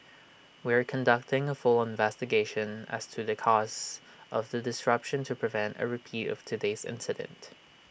we are conducting A full investigation as to the cause of the disruption to prevent A repeat of today's incident